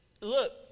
Look